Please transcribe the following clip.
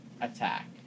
attack